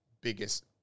biggest